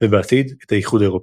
ובעתיד את האיחוד האירופי.